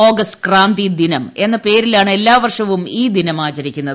August ക്രാന്തിദിനം എന്ന പേരിലാണ് എല്ലാ വർഷവും ഈ ദിനം ആചരിക്കുന്നത്